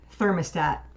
thermostat